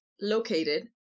located